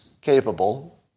capable